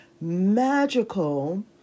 magical